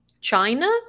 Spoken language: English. China